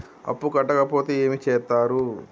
అప్పు కట్టకపోతే ఏమి చేత్తరు?